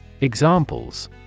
Examples